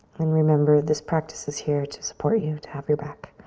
and remember this practice is here to support you, to have your back.